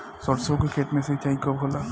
सरसों के खेत मे सिंचाई कब होला?